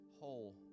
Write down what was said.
whole